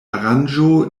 aranĝo